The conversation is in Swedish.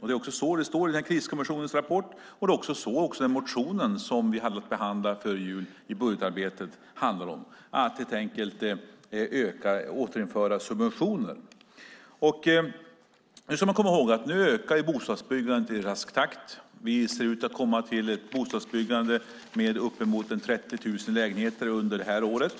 Det är så det står i kriskommissionens rapport, och det var också det som motionen vi behandlade före jul i budgetarbetet handlade om: att helt enkelt återinföra subventioner. Man ska komma ihåg att bostadsbyggandet nu ökar i rask takt. Vi ser ut att komma till ett bostadsbyggande på uppemot 30 000 lägenheter under det här året.